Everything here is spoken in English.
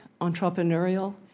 entrepreneurial